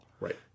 Right